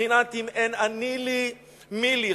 בבחינת אם אין אני לי מי לי,